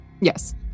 Yes